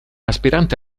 aspirante